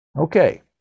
Okay